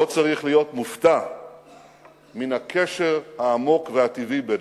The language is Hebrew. לא צריך להיות מופתע מהקשר העמוק והטבעי בינינו.